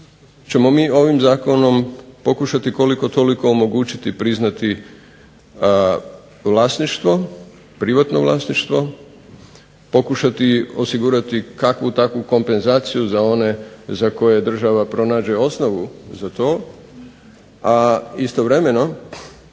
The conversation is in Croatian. ćemo mi ovim zakonom pokušati koliko toliko omogućiti priznati privatno vlasništvo, pokušati osigurati kakvu takvu kompenzaciju za one za koje država pronađe osnovu za to, a istovremeno